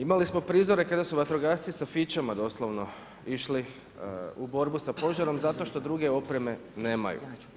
Imali smo prizore kada su vatrogasci sa fićama doslovno išli u borbu sa požarom, zato što druge opreme nemaju.